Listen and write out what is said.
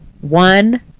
one